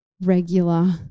regular